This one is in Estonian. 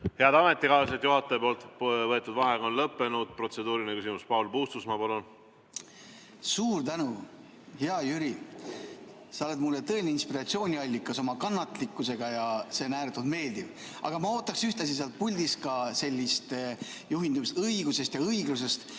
Head ametikaaslased, juhataja võetud vaheaeg on lõppenud. Protseduuriline küsimus, Paul Puustusmaa, palun! Suur tänu, hea Jüri! Sa oled mulle tõeline inspiratsiooniallikas oma kannatlikkusega ja see on ääretult meeldiv. Aga ma ootaks ühtlasi sealt puldist ka juhindumist õigusest ja õiglusest.